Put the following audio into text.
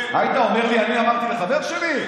לא, יש הבדל, היית אומר לי: אני אמרתי לחבר שלי?